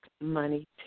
Money